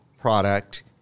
product